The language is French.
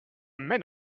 mène